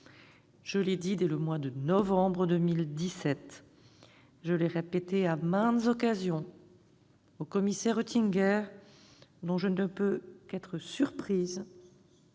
Je l'ai dit dès le mois de novembre 2017, je l'ai répété à maintes occasions, au commissaire Oettinger. Je ne peux donc qu'être surprise